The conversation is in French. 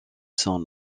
son